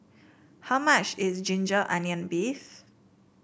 how much is ginger onion beef